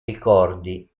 ricordi